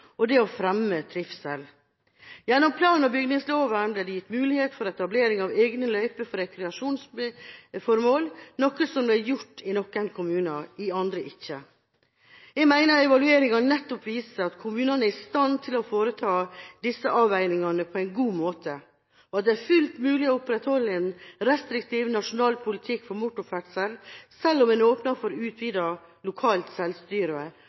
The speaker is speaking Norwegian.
og det å fremme trivsel. Gjennom plan- og bygningsloven ble det gitt mulighet for etablering av egne løyper for rekreasjonsformål, noe som ble gjort i noen kommuner, i andre ikke. Jeg mener evalueringa nettopp viser at kommunene er i stand til å foreta disse avveiningene på en god måte, og at det er fullt mulig å opprettholde en restriktiv nasjonal politikk for motorferdsel – selv om en åpner for utvidet lokalt selvstyre